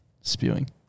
Spewing